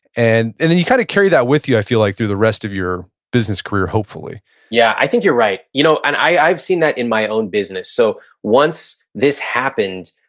and and then you kind of carry that with you, i feel like, through the rest of your business career, hopefully yeah, i think you're right. you know and i've seen that in my own business. so once this happened,